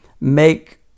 make